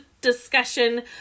discussion